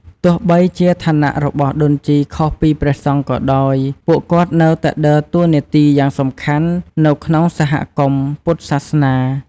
ទោះបីជាឋានៈរបស់ដូនជីខុសពីព្រះសង្ឃក៏ដោយ ពួកគាត់នៅតែដើរតួនាទីយ៉ាងសំខាន់នៅក្នុងសហគមន៍ពុទ្ធសាសនា។